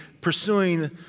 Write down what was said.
pursuing